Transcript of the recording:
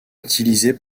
utilisée